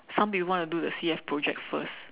some people want to do the C_F project first